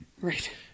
Right